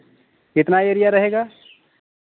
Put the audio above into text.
कितना एरिया रहेगा